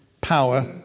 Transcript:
power